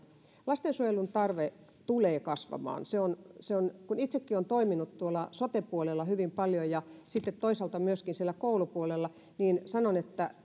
lastensuojelun tarve tulee kasvamaan kun itsekin olen toiminut tuolla sote puolella hyvin paljon ja sitten toisaalta myöskin siellä koulupuolella niin sanon että